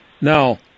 now